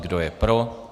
Kdo je pro?